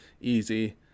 easy